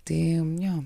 tai jo